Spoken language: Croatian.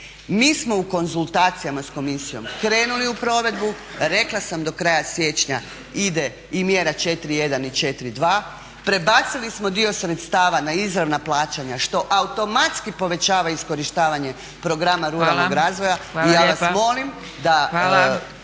Mi smo u konzultacijama sa komisijom, krenuli u provedbu, rekla sam do kraja siječnja ide mjera i 4.1 i 4.2 prebacili smo dio sredstava na izravna plaćanja što automatski povećava iskorištavanje programa ruralnog razvoja i ja vas molim da